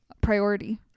priority